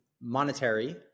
monetary